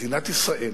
מדינת ישראל